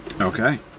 Okay